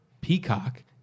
Peacock